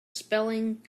spelling